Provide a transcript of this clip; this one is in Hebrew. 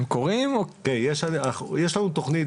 יש לנו תכנית,